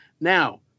Now